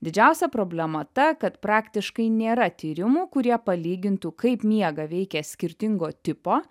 didžiausia problema ta kad praktiškai nėra tyrimų kurie palygintų kaip miegą veikia skirtingo tipo